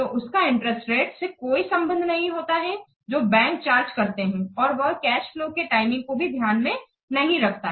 तो उसका interest rate से कोई संबंध नहीं होता है जो बैंक चार्ज करते हैं और वह कैश फ्लो के टाइमिंग को भी ध्यान में नहीं रखता है